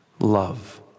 love